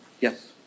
Yes